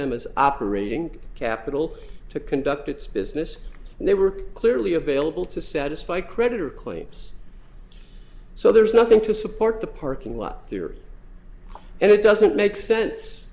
s m is operating capital to conduct its business and they were clearly available to satisfy creditor claims so there's nothing to support the parking lot theory and it doesn't make sense